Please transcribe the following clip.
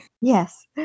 Yes